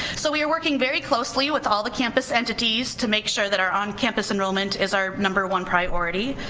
so we are working very closely with all the campus entities to make sure that our on campus enrollment is our number one priority.